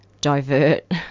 divert